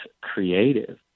creative